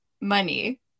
money